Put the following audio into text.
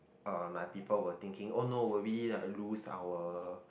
uh my people were thinking oh no will we like lose our